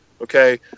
okay